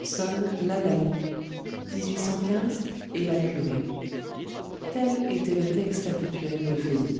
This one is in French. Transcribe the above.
sonne l'hallali est la curée tel était le texte habituel de feuilly